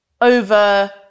over